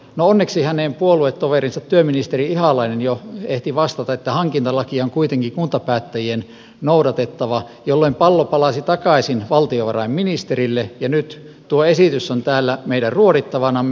no onneksi hänen puoluetoverinsa työministeri ihalainen jo ehti vastata että hankintalakia on kuitenkin kuntapäättäjien noudatettava jolloin pallo palasi takaisin valtiovarainministerille ja nyt tuo esitys on täällä meidän ruodittavanamme